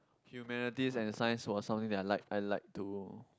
humanities and science was something that I like I like to